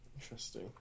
interesting